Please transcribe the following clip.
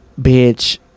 Bitch